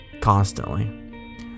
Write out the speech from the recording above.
constantly